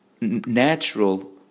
natural